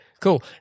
Cool